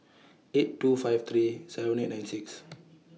eight two five three seven eight nine six